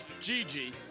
Gigi